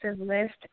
list